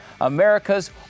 America's